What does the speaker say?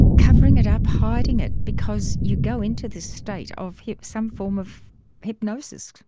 covering it up, hiding it, because you go into this state of some form of hypnosis.